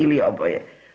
Ili oboje?